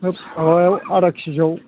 आरो माबायाव आधा केजियाव